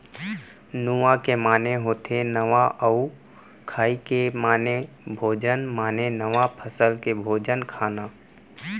नुआ के माने होथे नवा अउ खाई के माने भोजन माने नवा फसल के भोजन खाना